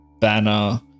banner